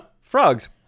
Frogs